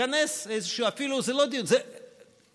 התכנסה, אפילו לא דיון, התייעצות